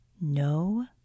No